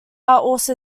also